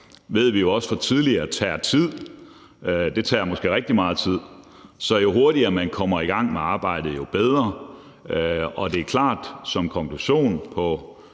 som vi også ved fra tidligere, og det tager måske rigtig meget tid. Så jo hurtigere, man kommer i gang med arbejdet, jo bedre, og det er klart, at som konklusion på